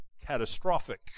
catastrophic